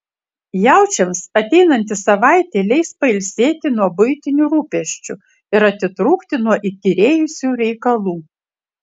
jaučiams ateinanti savaitė leis pailsėti nuo buitinių rūpesčių ir atitrūkti nuo įkyrėjusių reikalų